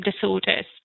disorders